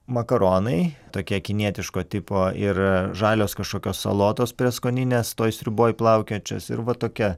makaronai tokie kinietiško tipo ir žalios kažkokios salotos prieskoninės toj sriuboj plaukiojančios ir va tokia